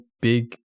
big